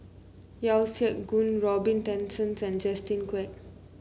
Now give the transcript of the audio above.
Yeo Siak Goon Robin Tessensohn and Justin Quek